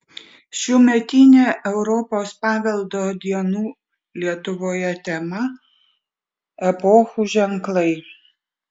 šiųmetinė europos paveldo dienų lietuvoje tema epochų ženklai